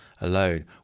alone